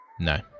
No